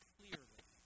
clearly